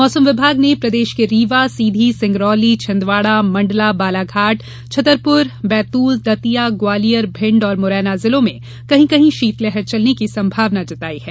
मौसम विभाग ने प्रदेश के रीवा सीधी सिंगरौली छिंदवाड़ा मण्डला बालाघाट छतरपुर बैतूल दतिया ग्वालियर भिण्ड और मुरैना जिलों में कहीं कहीं शीतलहर चलने की संभावना जताई है